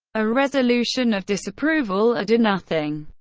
a resolution of disapproval, or do nothing.